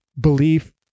belief